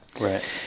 Right